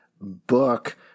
book